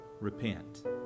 Repent